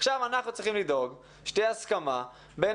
עכשיו אנחנו צריכים לדאוג שתהיה הסכמה בין